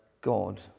God